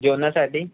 जेवणासाठी